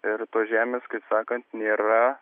ir tos žemės kaip sakant nėra